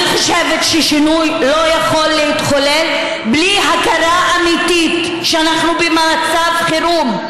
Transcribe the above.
אני חושבת ששינוי לא יכול להתחולל בלי הכרה אמיתית שאנחנו במצב חירום,